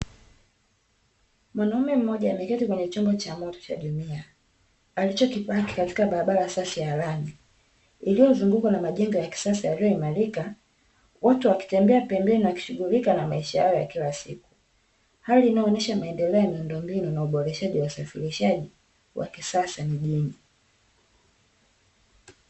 Mwanaume mmoja ameketi kwenye chombo cha moto cha JUMIA alichokipaki katika barabara safi ya rami iliyozungukwa na majengo ya kisasa yaliyoimarika. Watu wakitembea pembeni wakishughulika na maisha yao ya kila siku. Hali inayoonyesha maendeleo ya miundombinu na uboreshaji wa usafirishaji wa kisasa mjini.